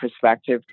perspective